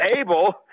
able